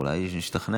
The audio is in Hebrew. אולי הוא השתכנע.